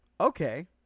Okay